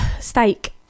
steak